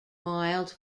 mild